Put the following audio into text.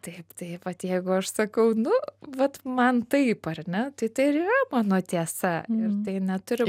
taip tai vat jeigu aš sakau nu vat man taip ar ne tai tai ir yra mano tiesa ir tai net neturi